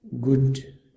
good